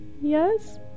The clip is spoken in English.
Yes